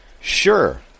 Sure